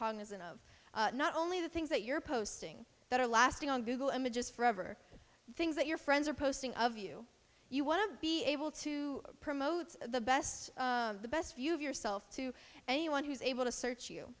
cognizant of not only the things that you're posting that are lasting on google images forever things that your friends are posting of you you want to be able to promote the best the best view of yourself to anyone who's able to search you